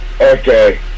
okay